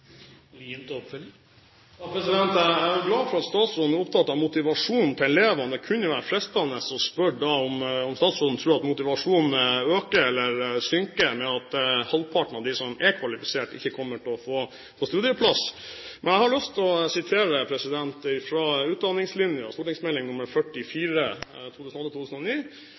Jeg er glad for at statsråden er opptatt av motivasjonen til elevene. Det kunne da være fristende å spørre om statsråden tror at motivasjonen øker eller synker ved at halvparten av dem som er kvalifisert, ikke kommer til å få studieplass. Jeg har lyst til å sitere fra Utdanningslinja, St.meld. nr. 44 for 2008–2009, apropos dette med tilknytning til arbeidslivet, for vi vet at realister og